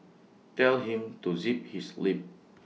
tell him to zip his lip